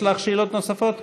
יש לך שאלות נוספות?